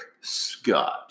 Scott